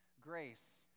grace